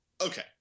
Okay